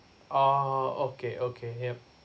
oh okay okay yup